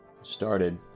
started